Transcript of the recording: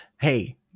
Hey